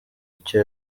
icyo